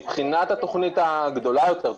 מבחינת התוכנית הגדולה יותר,